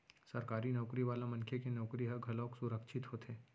सरकारी नउकरी वाला मनखे के नउकरी ह घलोक सुरक्छित होथे